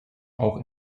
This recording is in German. auch